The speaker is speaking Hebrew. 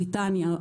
בריטניה,